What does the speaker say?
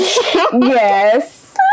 Yes